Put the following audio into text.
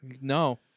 no